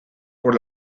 por